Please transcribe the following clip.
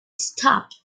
stopped